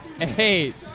eight